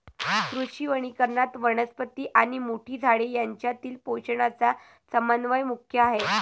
कृषी वनीकरणात, वनस्पती आणि मोठी झाडे यांच्यातील पोषणाचा समन्वय मुख्य आहे